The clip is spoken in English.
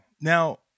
Now